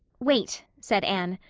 wait, said anne,